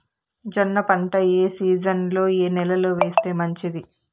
జొన్న పంట ఏ సీజన్లో, ఏ నెల లో వేస్తే మంచిది?